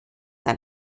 ein